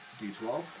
D12